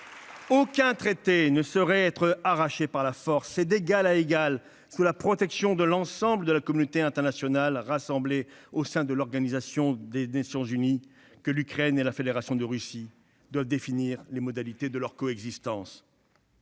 Aucun traité ne saurait être arraché par la force ; c'est d'égal à égal, sous la protection de l'ensemble de la communauté internationale rassemblée au sein de l'Organisation des Nations unies (ONU), que l'Ukraine et la Fédération de Russie doivent définir les modalités de leur coexistence.